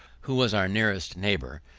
who was our nearest neighbour,